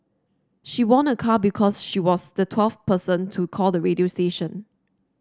she won a car because she was the twelfth person to call the radio station